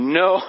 no